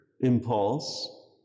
impulse